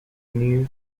near